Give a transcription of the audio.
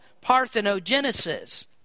parthenogenesis